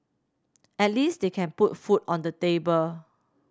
at least they can put food on the table